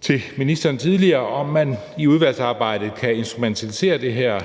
til ministeren tidligere – til, at man i udvalgsarbejdet ser på, om man kan instrumentalisere det her